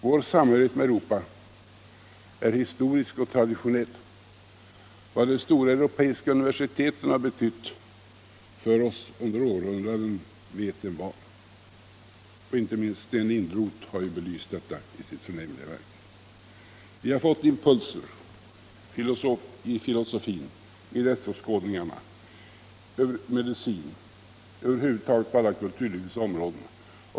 Vår samhörighet med Europa är historisk och traditionell. Vad de stora europeiska universiteten har betytt för oss under århundraden vet envar; inte minst har Sten Lindroth belyst detta i sitt förnämliga verk. Vi har fått impulser inom filosofin, inom rättsåskådningarna, inom medicinen - över huvud taget på alla kulturlivets områden.